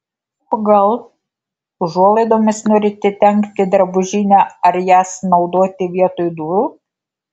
o gal užuolaidomis norite dengti drabužinę ar jas naudoti vietoj durų